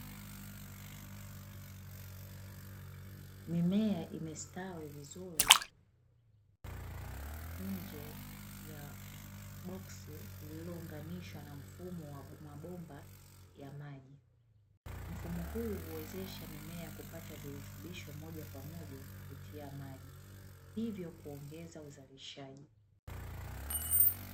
Mimea imestawi vizuri, nje ya boksi lililounganishwa na mfumo wa mabomba ya maji. Mfumo huu huwezesha mimea kupata virutubisho moja kwa moja kupitia maji, hivyo kuongeza uzalishaji.